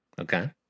Okay